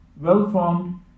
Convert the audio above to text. well-formed